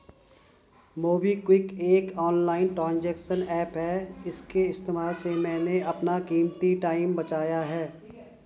MobiKwik एक online transaction app है इसके इस्तेमाल से मैंने अपना कीमती टाइम बचाया है